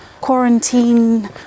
quarantine